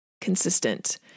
consistent